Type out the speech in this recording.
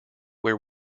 where